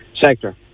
sector